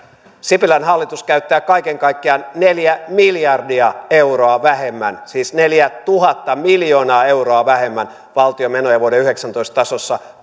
sipilän hallitus käyttää kaiken kaikkiaan neljä miljardia euroa vähemmän siis neljätuhatta miljoonaa euroa vähemmän valtion menoja vuoden yhdeksäntoista tasossa